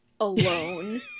alone